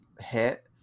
hit